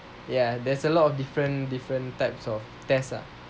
ya there's a lot of different different types of test ah